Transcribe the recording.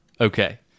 Okay